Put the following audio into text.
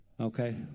okay